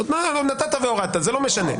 נתת והורדת, זה לא משנה.